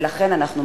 ולכן אנחנו מאשרים.